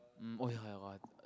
mm oh ya ya !wah!